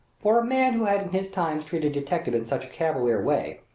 for a man who had in his time treated detectives in such a cavalier way,